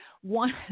One